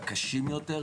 הקשים יותר,